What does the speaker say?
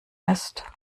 ist